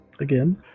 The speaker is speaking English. Again